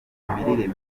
imirire